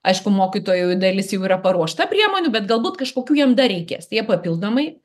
aišku mokytojui dalis jau yra paruošta priemonių bet galbūt kažkokių jam dar reikės tai jie papildomai